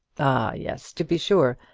ah, yes to be sure.